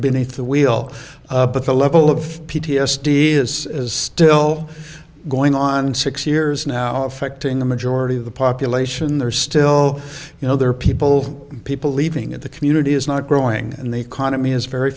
beneath the wheel but the level of p t s d is still going on six years now affecting the majority of the population there still you know there are people people leaving in the community is not growing and the economy is very